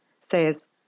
says